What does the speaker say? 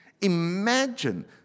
Imagine